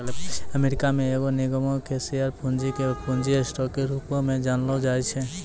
America मे एगो निगमो के शेयर पूंजी के पूंजी स्टॉक के रूपो मे जानलो जाय छै